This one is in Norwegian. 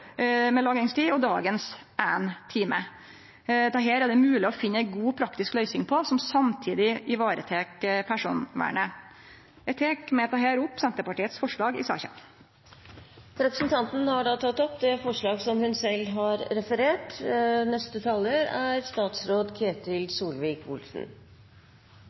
lagringstid, som er føreslått, og dagens ein time. Dette er det mogleg å finne ei god, praktisk løysing på som samtidig varetek personvernet. Eg tek med dette opp Senterpartiet sitt forslag i saka. Representanten Jenny Klinge har tatt opp det forslaget hun refererte til. Dette er en sak hvor det er